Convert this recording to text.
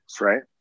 right